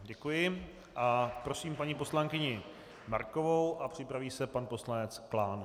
Děkuji a prosím paní poslankyni Markovou a připraví se pan poslanec Klán.